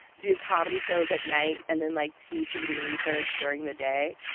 do comedy shows at night and then, like, teach and do research during the day.